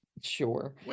Sure